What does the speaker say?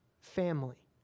family